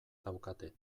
daukate